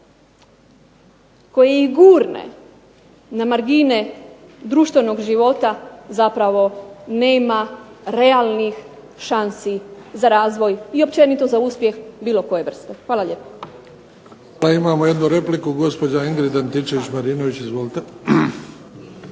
koje je i gurne na margine društvenog života zapravo nema realnih šansi za razvoj i općenito za uspjeh bilo koje vrste. Hvala lijepa.